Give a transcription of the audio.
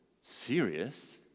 serious